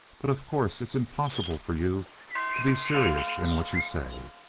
but, of course, it's impossible for you to be serious in what you say.